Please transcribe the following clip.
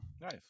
nice